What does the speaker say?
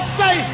say